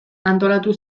antolatu